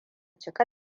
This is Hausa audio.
cika